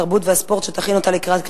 התרבות והספורט נתקבלה.